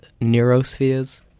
neurospheres